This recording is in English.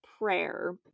prayer